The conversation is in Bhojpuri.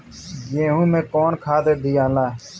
गेहूं मे कौन खाद दियाला?